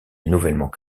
nouvellement